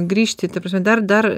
grįžti ta prasme dar dar